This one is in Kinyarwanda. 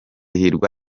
hirwa